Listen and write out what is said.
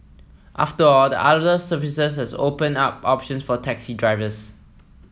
after all the other services also open up options for taxi drivers